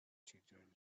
children